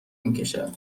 میکشه